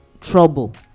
trouble